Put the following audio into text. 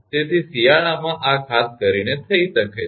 તેથી શિયાળામાં આ ખાસ કરીને થઈ શકે છે